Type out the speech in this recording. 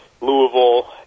Louisville